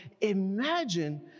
imagine